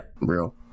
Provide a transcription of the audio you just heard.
real